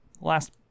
last